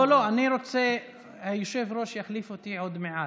לא, לא, אני רוצה, היושב-ראש יחליף אותי עוד מעט,